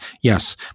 Yes